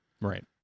Right